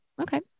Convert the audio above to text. Okay